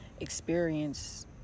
experience